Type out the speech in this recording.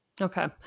Okay